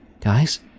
Guys